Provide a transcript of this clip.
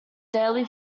daily